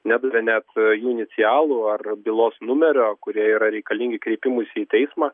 nedavė net jų inicialų ar bylos numerio kurie yra reikalingi kreipimuisi į teismą